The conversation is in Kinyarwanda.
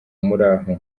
muraho